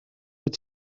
wyt